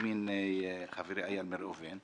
שהזמין חברי איל בן ראובן,